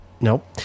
Nope